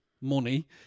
money